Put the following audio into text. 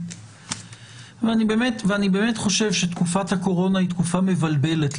ואני באמת חושב שתקופת הקורונה היא תקופה מבלבלת.